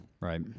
right